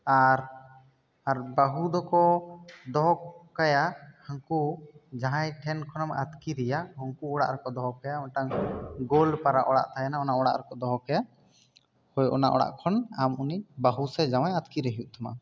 ᱟᱨ ᱟᱨ ᱵᱟᱹᱦᱩ ᱫᱚ ᱠᱚ ᱫᱚᱦᱚ ᱠᱟᱭᱟ ᱦᱟᱹᱝᱠᱩ ᱡᱟᱦᱟᱸᱭ ᱴᱷᱮᱱ ᱠᱷᱚᱱᱮᱢ ᱟᱹᱛᱠᱤᱨᱮᱭᱟ ᱩᱝᱠᱩ ᱚᱲᱟᱜ ᱨᱮᱠᱚ ᱫᱚᱦᱚ ᱠᱟᱭᱟ ᱢᱤᱫᱴᱟᱝ ᱜᱚᱞ ᱯᱟᱨᱟ ᱚᱲᱟᱜ ᱛᱟᱦᱮᱱᱟ ᱚᱱᱟ ᱚᱲᱟᱜ ᱨᱮᱠᱚ ᱫᱚᱦᱚ ᱠᱟᱭᱟ ᱦᱚᱭ ᱚᱱᱟ ᱚᱲᱟᱜ ᱠᱷᱚᱱ ᱟᱢ ᱩᱱᱤ ᱵᱟᱹᱦᱩ ᱥᱮ ᱡᱟᱶᱟᱭ ᱟᱹᱛᱠᱤᱨᱮ ᱦᱩᱭᱩᱜ ᱛᱟᱢᱟ